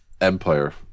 Empire